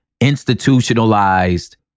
institutionalized